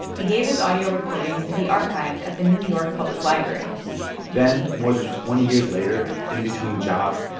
he gave his audio recordings to be archived at the new york public library then, more than twenty years later, in between jobs,